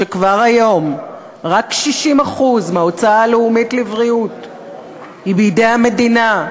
כשכבר היום רק 60% מההוצאה הלאומית לבריאות היא בידי המדינה,